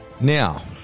Now